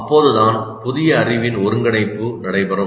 அப்போது தான் புதிய அறிவின் ஒருங்கிணைப்பு நடைபெறும்